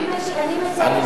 אני מציעה,